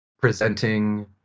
presenting